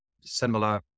similar